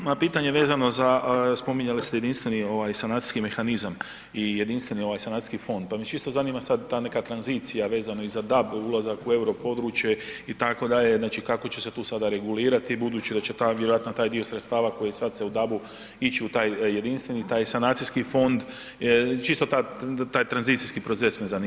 Moje pitanje vezano za spominjali ste jedinstveni sanacijski mehanizam i jedinstveni sanacijski fond, pa me čisto zanima sad ta neka tranzicija vezano i za DAB, ulazak u europodručje itd. znači kako će se tu sada regulirati budući da će vjerojatno taj dio sredstava koji sad se u DAB-u ići u taj jedinstveni, taj sanacijski fond, čisto taj tranzicijski proces vezano za DAB.